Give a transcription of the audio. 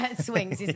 Swings